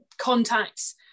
Contacts